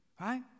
right